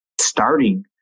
starting